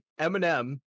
eminem